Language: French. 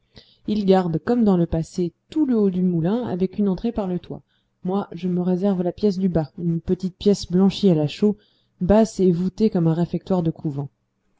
il garde comme dans le passé tout le haut du moulin avec une entrée par le toit moi je me réserve la pièce du bas une petite pièce blanchie à la chaux basse et voûtée comme un réfectoire de couvent